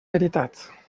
veritat